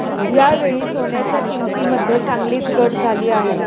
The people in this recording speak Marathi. यावेळी सोन्याच्या किंमतीमध्ये चांगलीच घट झाली आहे